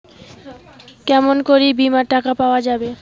কেমন করি বীমার টাকা পাওয়া যাবে?